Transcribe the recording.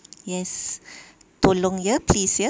yes tolong ye please ye